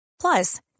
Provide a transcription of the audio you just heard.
Plus